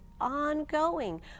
ongoing